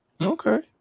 Okay